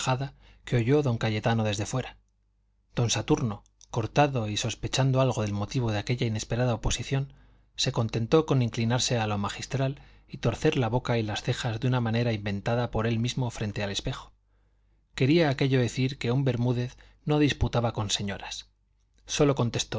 que oyó don cayetano desde fuera don saturno cortado y sospechando algo del motivo de aquella inesperada oposición se contentó con inclinarse a lo magistral y torcer la boca y las cejas de una manera inventada por él mismo frente al espejo quería aquello decir que un bermúdez no disputaba con señoras sólo